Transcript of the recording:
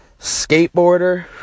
skateboarder